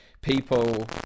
people